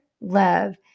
love